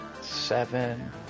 seven